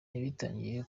yabitangarije